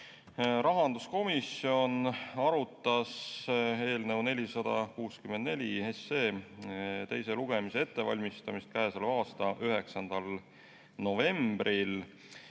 Rahanduskomisjon arutas eelnõu 464 teise lugemise ettevalmistamist käesoleva aasta 9. novembril